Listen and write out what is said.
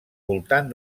voltant